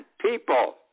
people